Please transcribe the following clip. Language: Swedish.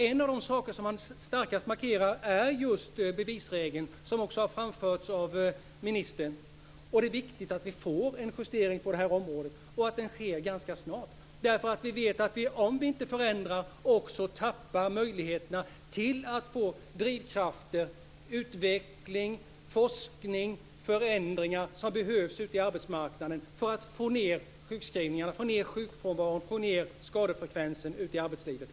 En av de saker man starkast betonar är just bevisregeln, vilket också har framförts av statsrådet. Det är viktigt att vi får en justering på det här området och att det sker ganska snart. Om det inte blir någon förändring tappar vi möjligheterna till att få drivkrafter, utveckling, forskning och förändring, någonting som behövs ute på arbetsmarknaden för att man ska få ned sjukfrånvaron och skadefrekvensen i arbetslivet.